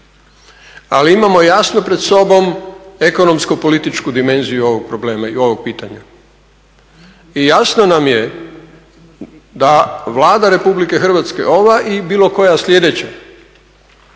ali imamo jasno pred sobom ekonomsko-političku dimenziju ovog problema i ovog pitanja. I jasno nam je da Vlada RH ova i bilo koja sljedeća,